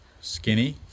Skinny